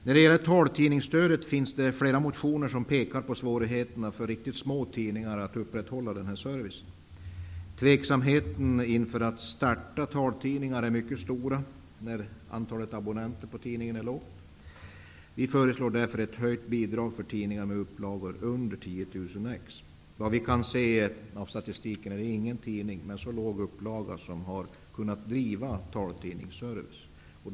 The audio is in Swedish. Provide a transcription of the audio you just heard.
När det gäller taltidningsstödet finns det flera motioner som pekar på svårigheterna för riktigt små tidningar att upprätthålla den servicen. Tveksamheten inför att starta taltidningar är mycket stor när antalet abonnenter på tidningen är lågt. Vi föreslår därför ett höjt bidrag för tidningar med upplagor under 10 000 exemplar. Vad vi har kunnat se av statistiken är det ingen tidning med så låg upplaga som har kunnat driva taltidningsservice.